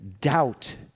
doubt